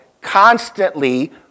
constantly